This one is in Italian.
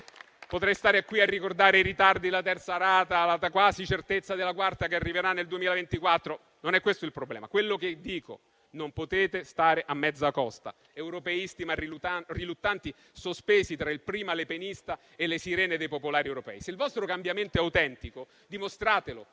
Potrei stare qui a ricordare i ritardi, la terza rata, la quasi certezza della quarta rata che arriverà nel 2024: non è questo il problema. Quello che dico è che non potete stare a mezza costa, europeisti ma riluttanti, sospesi tra il prima lepenista e le sirene dei popolari europei. Se il vostro cambiamento è autentico, dimostratelo.